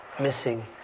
Missing